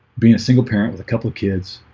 being a single parent with a couple of kids,